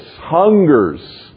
hungers